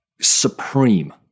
supreme